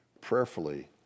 prayerfully